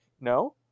No